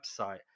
website